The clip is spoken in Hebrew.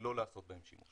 לא לעשות בהם שימוש.